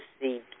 see